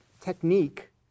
technique